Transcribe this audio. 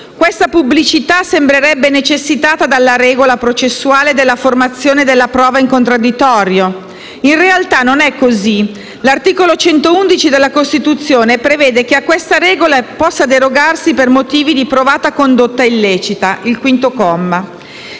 Questa pubblicità sembrerebbe necessitata dalla regola processuale della formazione della prova in contradditorio. In realtà non è così. L'articolo 111, quinto comma, della Costituzione prevede che a questa regola si possa derogare per motivi di provata condotta illecita. Sicché